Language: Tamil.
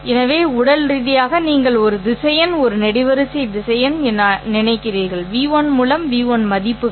எனவே உடல் ரீதியாக நீங்கள் ஒரு திசையன் ஒரு நெடுவரிசை திசையன் என நினைக்கிறீர்கள் v1 மூலம் v1 மதிப்புகள்